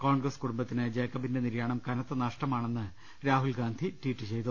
കോൺഗ്രസ് കുടുംബത്തിന് ജേക്കബിന്റെ നിര്യാണം കനത്ത നഷ്ടമാണെന്ന് രാഹുൽ ഗാന്ധി ട്വീറ്റ് ചെയ്തു